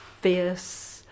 fierce